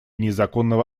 незаконного